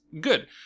good